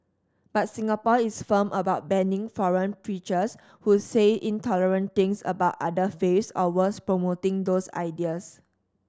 but Singapore is firm about banning foreign preachers who say intolerant things about other faiths or worse promoting those ideas